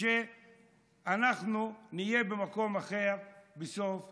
שאנחנו נהיה במקום אחר בסוף היום,